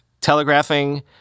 telegraphing